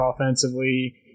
offensively